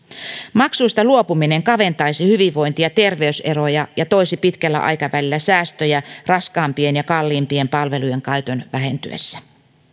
maksuista luopuminen kaventaisi hyvinvointi ja terveyseroja ja toisi pitkällä aikavälillä säästöjä raskaampien ja kalliimpien palvelujen käytön vähentyessä